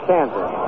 Kansas